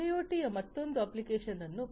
IIoT ಯ ಮತ್ತೊಂದು application ಅನ್ನು ಪರಿಗಣಿಸೋಣ